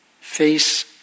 face